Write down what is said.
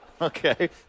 Okay